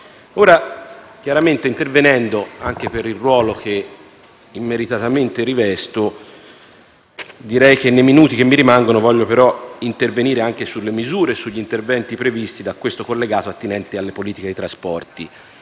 Chiaramente, anche per il ruolo che immeritatamente rivesto, direi che nei minuti che mi rimangono voglio però intervenire anche sulle misure e sugli interventi previsti da questo collegato attinenti alle politiche dei trasporti